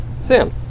Sam